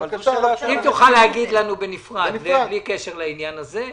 אם תוכל להגיד לנו בנפרד ובלי קשר לעניין הזה,